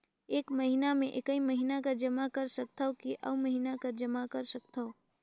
एक महीना मे एकई महीना कर जमा कर सकथव कि अउ महीना कर जमा कर सकथव?